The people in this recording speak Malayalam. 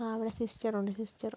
ആ അവിടെ സിസ്റ്റർ ഉണ്ട് സിസ്റ്റർ